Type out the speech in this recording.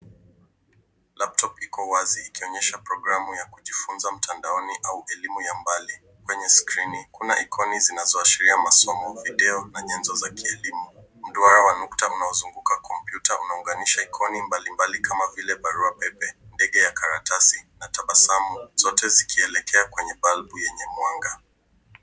Laptop iko wazi ikionyesha programu ya kujifunza mtandaoni au elimu ya mbali. Kwenye skrini, kuna ikoni zinazoashiria masomo ya video na nyanzo za kielimu. Mduara wa nukta unaozunguka kompyuta unaunganisha ikoni mbalimbali kama vile barua pepe, ndege ya karatasi na tabasamu, zote zikielekea kwenye balbu yenye mwanga.